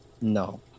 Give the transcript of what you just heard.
No